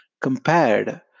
compared